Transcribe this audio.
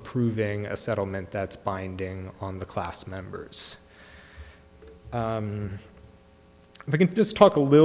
approving a settlement that's binding on the class members we can just talk a little